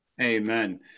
Amen